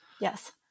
Yes